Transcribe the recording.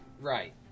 Right